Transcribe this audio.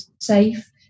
safe